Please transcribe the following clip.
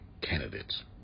candidates